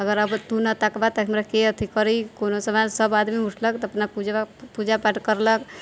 अगर आब तू ना तकबऽ तऽ हमराके अथी करी कोनो समाज सब आदमी उठलक तऽ अपना पूजा पाठ करलक